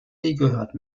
gehört